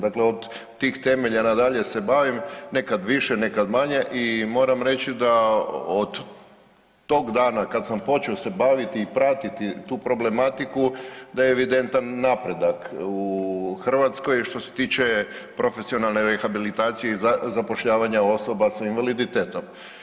Dakle, od tih temelja na dalje se bavim nekad više, nekad manje i moram reći da od tog dana kada sam se počeo baviti i pratiti tu problematiku da je evidentan napredak u Hrvatskoj što se tiče profesionalne rehabilitacije i zapošljavanja osoba sa invaliditetom.